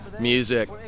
Music